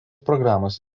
programos